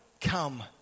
come